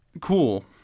cool